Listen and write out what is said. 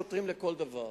שוטרים לכל דבר.